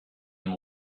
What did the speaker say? and